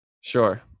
Sure